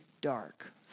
dark